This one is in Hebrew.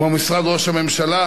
כמו משרד ראש הממשלה